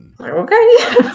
okay